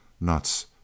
Nuts